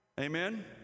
Amen